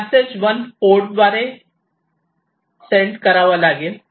message 1 port द्वारे sent करावा लागेल